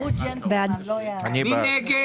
מי נגד?